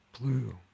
blue